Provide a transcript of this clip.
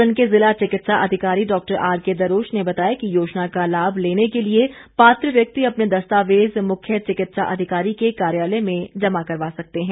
सोलन के ज़िला चिकित्सा अधिकारी डॉक्टर आरके दरोच ने बताया कि योजना का लाभ लेने के लिए पात्र व्यक्ति अपने दस्तावेज मुख्य चिकित्सा अधिकारी के कार्यालय में जमा करवा सकते हैं